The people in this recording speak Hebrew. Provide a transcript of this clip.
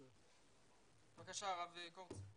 בבקשה, הרב קורסיה.